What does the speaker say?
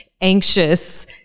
anxious